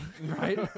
right